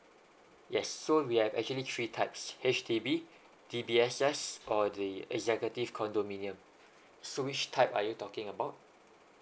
yes so we have actually three types H_D_B D_B_S_S or the executive condominium so which type are you talking about